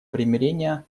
примирения